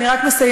אני רק מסיימת,